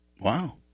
Wow